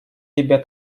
тебе